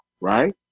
right